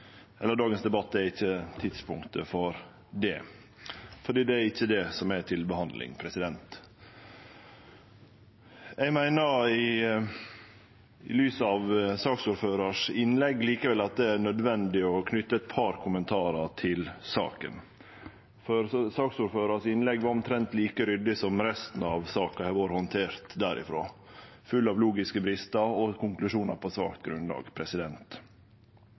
det som er til behandling. Eg meiner, i lys av innlegget til saksordføraren, likevel at det er nødvendig å knyte eit par kommentarar til saka. Innlegget til saksordføraren var omtrent like ryddig som resten av saka har vore handtert derifrå. Det var fullt av logiske bristar og konklusjonar på svakt grunnlag.